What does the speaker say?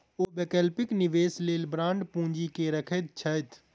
ओ वैकल्पिक निवेशक लेल बांड पूंजी के रखैत छथि